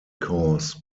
cause